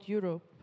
Europe